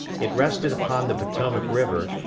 it rested upon the potomac river,